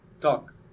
Talk